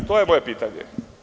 To je moje pitanje.